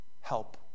help